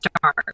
start